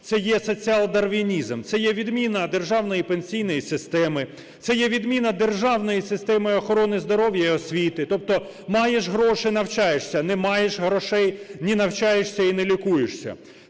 це є соціал-дарвінізм, це є відміна державної пенсійної системи, це є відміна державної системи охорони здоров'я і освіти. Тобто маєш гроші – навчаєшся, не маєш грошей – не навчаєшся і не лікуєшся.